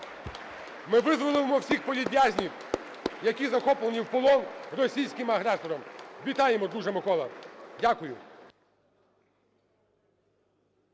Ми визволимо всіх політв'язнів, які захоплені в полон російським агресором. Вітаємо, друже Микола!